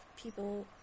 people